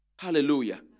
Hallelujah